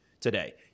today